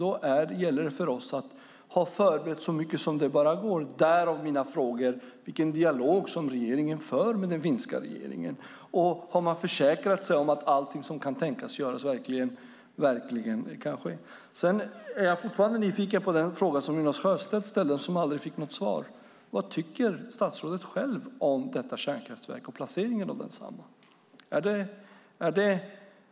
Då gäller det för oss att ha förberett så mycket som det bara går - därav mina frågor om vilken dialog regeringen för med den finska regeringen. Och har man försäkrat sig om att allting som kan tänkas göras verkligen görs? Jag är fortfarande nyfiken på den fråga som Jonas Sjöstedt ställde och som aldrig fick något svar. Vad tycker statsrådet själv om detta kärnkraftverk och placeringen av detsamma?